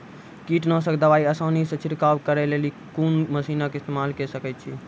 कीटनासक दवाई आसानीसॅ छिड़काव करै लेली लेल कून मसीनऽक इस्तेमाल के सकै छी?